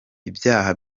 ibyaha